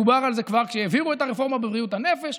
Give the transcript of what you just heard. דובר על זה כבר כשהעבירו את הרפורמה בבריאות הנפש.